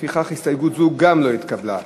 לפיכך גם הסתייגות זו לא התקבלה.